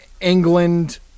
England